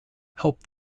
help